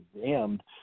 damned